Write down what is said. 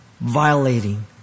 Violating